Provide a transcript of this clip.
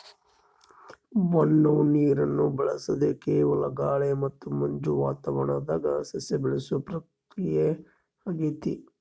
ಮಣ್ಣು ನೀರನ್ನು ಬಳಸದೆ ಕೇವಲ ಗಾಳಿ ಮತ್ತು ಮಂಜು ವಾತಾವರಣದಾಗ ಸಸ್ಯ ಬೆಳೆಸುವ ಪ್ರಕ್ರಿಯೆಯಾಗೆತೆ